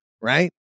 right